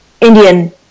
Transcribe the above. Indian